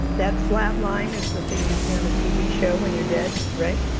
that flat line is the thing you see on a tv show when you're dead, right?